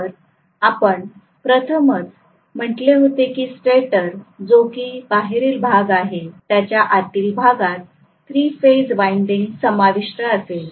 तर आपण प्रथम म्हटले होते की स्टेटर जो की बाहेरील भाग आहे त्याच्या आतल्या भागात थ्री फेज वाइंडिंग समाविष्ट असेल